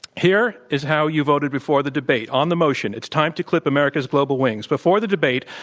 here is how you voted before the debate. on the motion, it's time to clip america's global wings, before the debate,